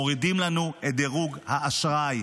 מורידים לנו את דירוג האשראי.